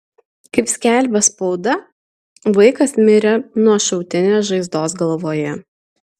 kaip skelbia spauda vaikas mirė nuo šautinės žaizdos galvoje